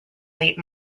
late